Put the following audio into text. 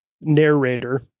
narrator